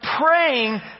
praying